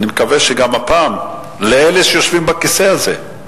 אני מקווה שגם הפעם, אלה שיושבים בכיסא הזה,